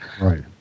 Right